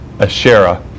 Asherah